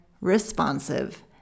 responsive